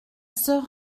soeur